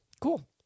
Cool